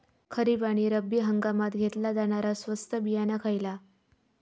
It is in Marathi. खरीप आणि रब्बी हंगामात घेतला जाणारा स्वस्त बियाणा खयला?